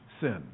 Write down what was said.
sin